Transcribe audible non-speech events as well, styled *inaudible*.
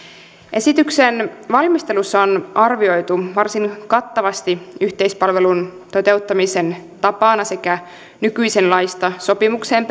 esityksen valmistelussa on arvioitu varsin kattavasti yhteispalvelun toteuttamisen tapana sekä nykyisenlaista sopimukseen *unintelligible*